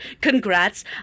Congrats